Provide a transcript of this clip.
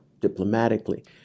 diplomatically